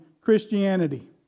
Christianity